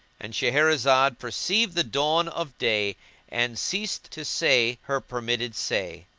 and shahrazad perceived the dawn of day and ceased to say her permitted say.